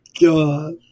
god